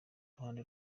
ruhande